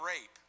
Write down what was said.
rape